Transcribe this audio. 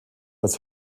als